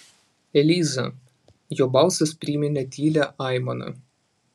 eliza jo balsas priminė tylią aimaną